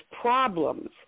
problems